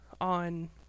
on